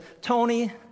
Tony